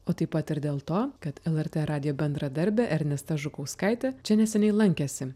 o taip pat ir dėl to kad lrt radijo bendradarbė ernesta žukauskaitė čia neseniai lankėsi